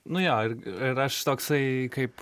nu jo ir ir aš toksai kaip